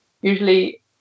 usually